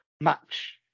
match